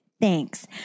Thanks